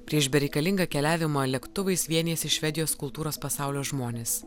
prieš bereikalingą keliavimą lėktuvais vienijasi švedijos kultūros pasaulio žmonės